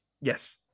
Yes